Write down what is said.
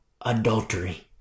adultery